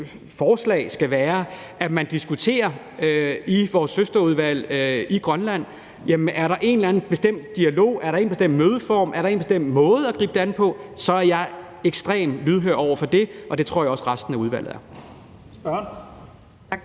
forslag skal være, at man diskuterer i vores søsterudvalg i Grønland, om der er en eller anden bestemt dialog, en bestemt mødeform, en bestemt måde at gribe det an på. Er det tilfældet, er jeg ekstremt lydhør over for det, og det tror jeg også resten af udvalget er.